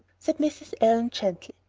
said mrs. allan gently.